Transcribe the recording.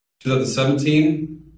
2017